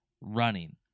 running